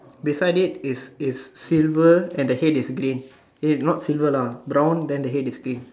beside it is is silver and the head is green eh not silver lah brown then the head is green